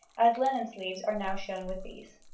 as linen sleeves are now shown with these.